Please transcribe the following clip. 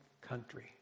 country